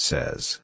Says